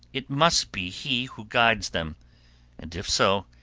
it must be he who guides them and if so,